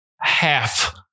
half